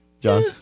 John